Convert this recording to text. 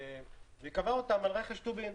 והיא קבעה אותם על רכש טובין.